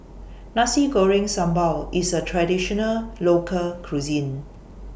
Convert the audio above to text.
Nasi Goreng Sambal IS A Traditional Local Cuisine